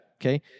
okay